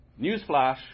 Newsflash